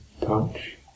touch